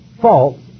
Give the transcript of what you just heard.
false